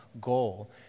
goal